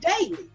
daily